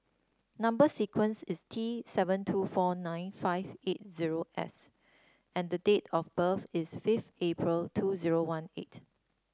number sequence is T seven two four nine five eight zero S and the date of birth is fifth April two zero one eight